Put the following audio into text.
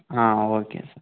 ಹಾಂ okay sir